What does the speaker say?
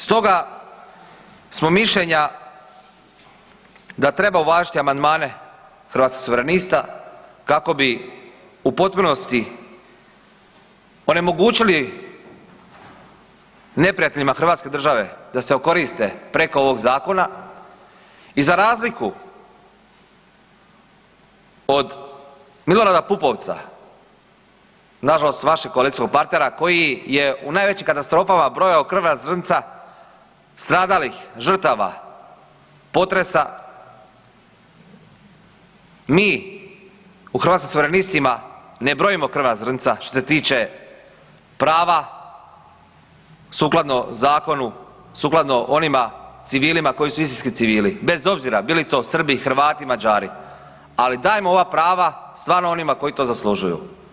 Stoga smo mišljenja da treba uvažiti amandmane Hrvatskih suverenista kako bi u potpunosti onemogućili neprijateljima hrvatske države da se okoriste preko ovog zakona i za razliku od Milorada Pupovca, nažalost vašeg koalicijskog partnera koji je u najvećim katastrofama brojao krvna zrnca stradalih žrtava potresa mi u Hrvatskim suverenistima ne brojim krvna zrnca što se tiče prava sukladno zakonu, sukladno onima civilima koji su istinski civili bez obzira bili to Srbi, Hrvati, Mađari, ali dajmo ova prava stvarno onima koji to zaslužuju.